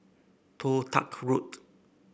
Toh Tuck Road